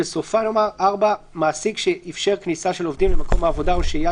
בסופה נאמר: 4. מעסיק שאפשר כניסה של עובדים למקום העבודה או שהייה